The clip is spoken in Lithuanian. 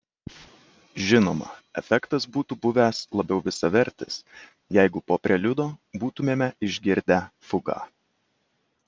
žinoma efektas būtų buvęs labiau visavertis jeigu po preliudo būtumėme išgirdę fugą